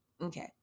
Okay